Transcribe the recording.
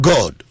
God